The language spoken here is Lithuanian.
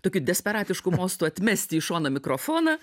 tokiu desperatišku mostu atmesti į šoną mikrofoną